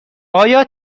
آیا